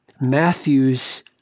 Matthew's